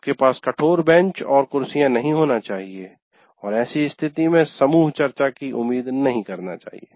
आपके पास कठोर बेंच और कुर्सियाँ नहीं होना चाहिए और ऐसे स्थिति में समूह चर्चा की उम्मीद नहीं करना चाहिए